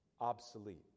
obsolete